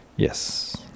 Yes